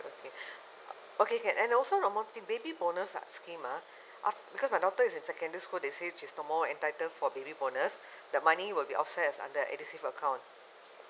okay okay can and also the moti~ baby bonus ah scheme ah because my daughter is in secondary school they say she's no more entitled for baby bonus the money will be offset as under an edusave account